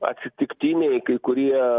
atsitiktiniai kai kurie